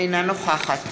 אינה נוכחת